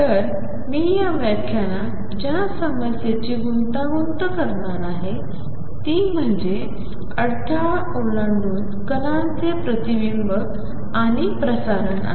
तर मी या व्याख्यानात ज्या समस्येची गुंतागुंत करणार आहे ती म्हुणजे अडथळा ओलांडून कणांचे प्रतिबिंब आणि प्रसारण आहे